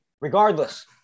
regardless